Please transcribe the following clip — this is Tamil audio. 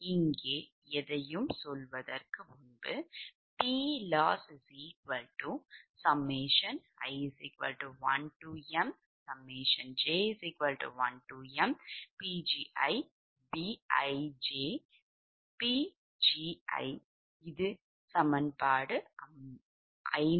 இங்கே எதையும் சொல்வதற்கு முன்பு PLossi1mj1mPgiBijPgj